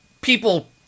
people